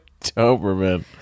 Doberman